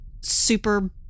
super